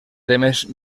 temes